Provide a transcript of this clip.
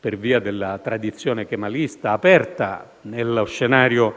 per via della tradizione kemalista, aperta nello scenario